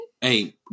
Hey